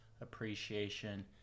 appreciation